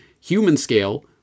human-scale